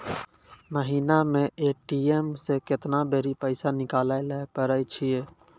महिना मे ए.टी.एम से केतना बेरी पैसा निकालैल पारै छिये